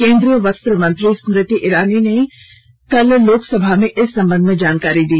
केंद्रीय वस्त्र मंत्री स्मृति ईरानी ने कल को लोकसभा में इस संबंध में जानकारी दी